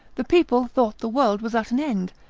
the people thought the world was at an end,